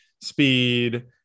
speed